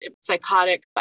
psychotic